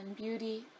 beauty